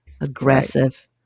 aggressive